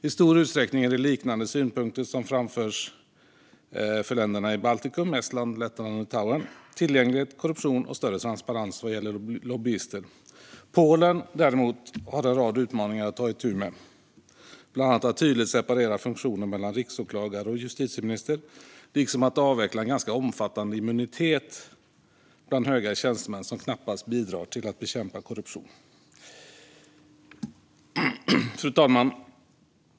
I stor utsträckning är det liknande synpunkter som framförs för länderna i Baltikum, Estland, Lettland och Litauen: tillgänglighet, korruption och större transparens vad gäller lobbyister. Polen däremot har en rad utmaningar att ta itu med, bland annat att tydligt separera funktioner mellan riksåklagare och justitieminister liksom att avveckla en ganska omfattande immunitet bland höga tjänstemän, vilken knappast bidrar till att bekämpa korruption. Fru talman!